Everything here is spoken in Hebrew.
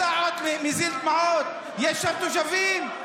אתה עוד מזיל דמעות: יש שם תושבים,